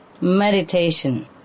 Meditation